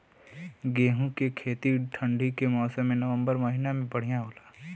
गेहूँ के खेती ठंण्डी के मौसम नवम्बर महीना में बढ़ियां होला?